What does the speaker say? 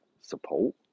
support